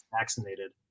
vaccinated